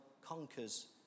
conquers